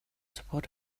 support